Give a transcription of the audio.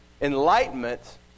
enlightenment